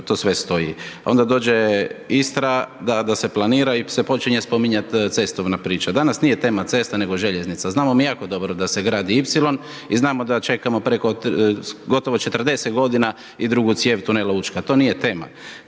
to sve stoji, onda dođe Istra da se planira i se počinje spominjat cestovna priča, danas nije tema cesta, nego željeznica, znamo mi jako dobro da se gradi Ipsilom i znamo da čekamo preko gotovo 40.g. i drugu cijev tunela Učka, to nije tema.